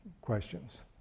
questions